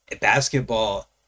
basketball